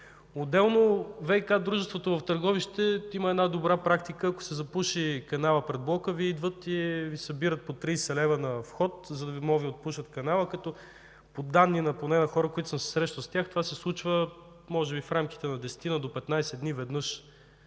Отделно ВиК дружеството в Търговище има една добра практика, ако се запуши канала пред блока Ви, идват и Ви събират по 30 лв. на вход, за да могат да Ви отпушат канала, като по данни поне на хора, с които съм се срещал, това се случва може би в рамките на десетина до петнайсет дни веднъж,